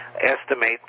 estimate